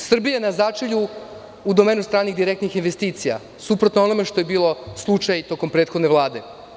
Srbija na začelju u domenu stranih direktnih investicija, suprotno onome što je bilo slučaj tokom prethodne Vlade.